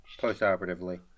postoperatively